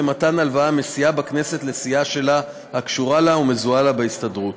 מתן הלוואה מסיעה בכנסת לסיעה שלה הקשורה לה ומזוהה עמה בהסתדרות.